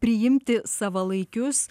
priimti savalaikius